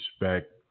respect